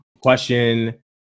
Question